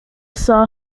tsar